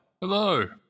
Hello